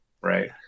right